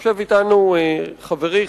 יושב אתנו חברי,